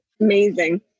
Amazing